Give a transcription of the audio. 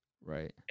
right